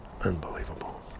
Unbelievable